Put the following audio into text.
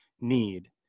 need